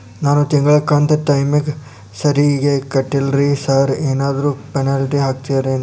ನಾನು ತಿಂಗ್ಳ ಕಂತ್ ಟೈಮಿಗ್ ಸರಿಗೆ ಕಟ್ಟಿಲ್ರಿ ಸಾರ್ ಏನಾದ್ರು ಪೆನಾಲ್ಟಿ ಹಾಕ್ತಿರೆನ್ರಿ?